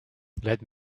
let